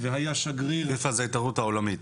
פיפ"א זה ההתאחדות העולמית.